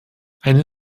eine